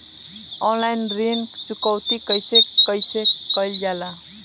Online ऋण चुकौती कइसे कइसे कइल जाला?